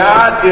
God